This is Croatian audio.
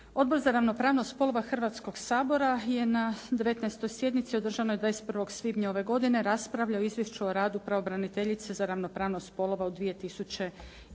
Odbor za ravnopravnost spolova Hrvatskoga sabora je na 19. sjednici održanoj 21. svibnja ove godine raspravljao o izvješću o radu pravobraniteljice za ravnopravnost spolova u 2008.